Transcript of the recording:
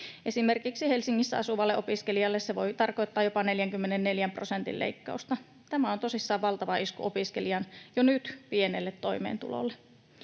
Esimerkiksi Helsingissä asuvalle opiskelijalle se voi tarkoittaa jopa 44 prosentin leikkausta. Tämä on tosissaan valtava isku opiskelijan jo nyt pienelle toimeentulolle.